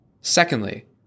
Secondly